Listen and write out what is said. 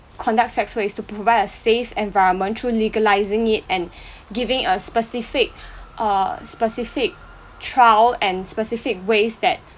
conduct sex work is to provide a safe environment through legalizing it and giving a specific err specific trial and specific ways that